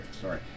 Sorry